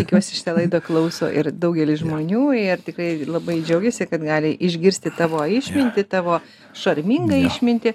tikiuosi šitą laidą klauso ir daugelis žmonių ir tikrai labai džiaugiasi kad gali išgirsti tavo išmintį tavo šarmingą išmintį